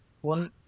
one